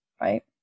right